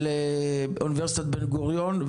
לאוניברסיטת בן-גוריון,